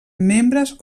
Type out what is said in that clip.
membres